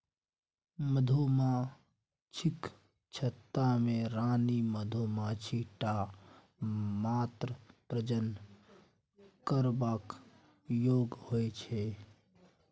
मधुमाछीक छत्ता मे रानी मधुमाछी टा मात्र प्रजनन करबाक योग्य होइ छै